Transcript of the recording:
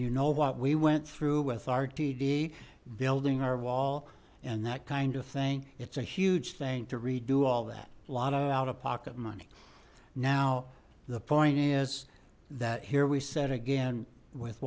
you know what we went through with our td building our wall and that kind of thing it's a huge thing to redo all that a lot of out of pocket money now the point is that here we said again with